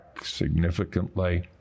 significantly